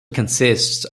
consists